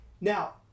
Now